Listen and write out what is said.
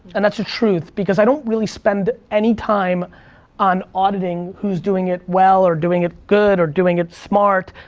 and that's the truth, because i don't really spend any time on auditing who's doing it well or doing it good or doing it smart.